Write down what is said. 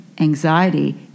anxiety